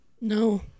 No